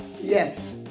Yes